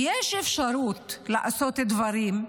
ויש אפשרות לעשות דברים,